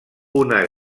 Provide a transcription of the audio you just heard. una